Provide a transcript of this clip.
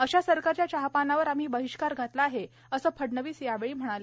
अशा सरकारच्या चहापानावर आम्ही बहिष्कार घातला आहे असे फडणवीस यावेळी म्हणाले